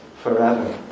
forever